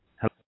Hello